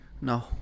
No